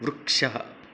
वृक्षः